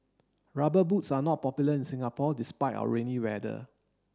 rubber boots are not popular in Singapore despite our rainy weather